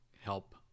help